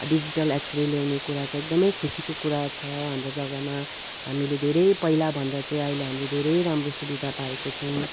digital X ray ल्याउने कुरा छ एकदमै खुसीको कुरा छ हाम्रो जगामा हामीले धेरै पहिला भन्दा चाहिँ अहिले हामीले धेरै राम्रो सुविधा पाएको छौँ